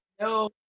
no